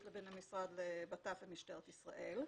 לבין המשרד לביטחון פנים ומשטרת ישראל.